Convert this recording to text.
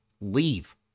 leave